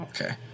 Okay